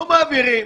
לא מעבירים.